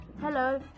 Hello